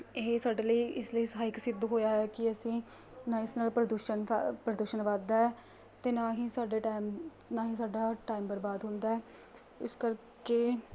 ਇਹ ਸਾਡੇ ਲਈ ਇਸ ਲਈ ਸਹਾਇਕ ਸਿੱਧ ਹੋਇਆ ਹੈ ਕਿ ਅਸੀਂ ਨਾ ਇਸ ਨਾਲ ਪ੍ਰਦੂਸ਼ਣ ਫੈ ਪ੍ਰਦੂਸ਼ਣ ਵੱਧਦਾ ਹੈ ਅਤੇ ਨਾ ਹੀ ਸਾਡੇ ਟਾਇਮ ਨਾ ਹੀ ਸਾਡਾ ਟਾਇਮ ਬਰਬਾਦ ਹੁੰਦਾ ਹੈ ਇਸ ਕਰਕੇ